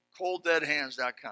colddeadhands.com